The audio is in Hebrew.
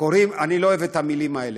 אני לא אוהב את המילים האלה,